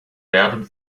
werden